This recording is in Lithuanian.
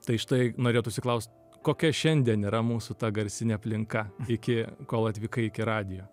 tai štai norėtųsi klaus kokia šiandien yra mūsų ta garsinė aplinka iki kol atvykai iki radijo